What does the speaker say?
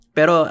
Pero